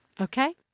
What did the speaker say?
Okay